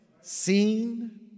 seen